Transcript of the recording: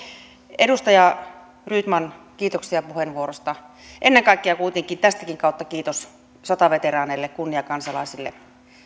edustaja rydman kiitoksia puheenvuorosta ennen kaikkea kuitenkin tästäkin kautta kiitos sotaveteraaneille kunniakansalaisille